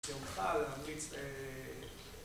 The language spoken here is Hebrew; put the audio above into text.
יומך, להמליץ ל...